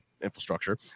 infrastructure